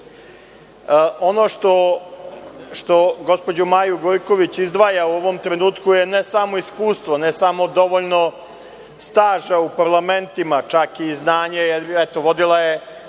što gospođu Maju Gojković izdvaja u ovom trenutku je ne samo iskustvo, ne samo dovoljno staža u parlamentima, čak i znanje, jer eto vodila je